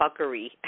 buckery